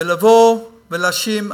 לבוא ולהאשים,